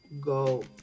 go